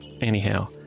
Anyhow